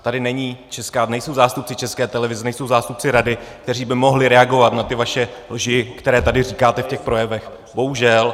Tady nejsou zástupci České televize, nejsou zástupci Rady, kteří by mohli reagovat na ty vaše lži, které tady říkáte v těch projevech. Bohužel.